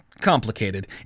complicated